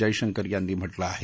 जयशंकर यांनी म्हटलं आहे